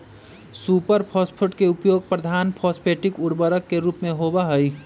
super phosphate के उपयोग प्रधान फॉस्फेटिक उर्वरक के रूप में होबा हई